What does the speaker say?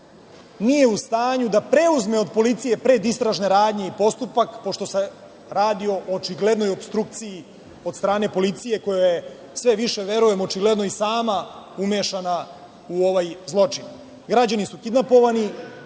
nije u stanju da preuzme od policije predistražne radnje i postupak pošto se radi o očiglednoj opstrukciji od strane policije koja je sve više verujem očigledno i sama umešana u ovaj zločin. Građani su kidnapovani,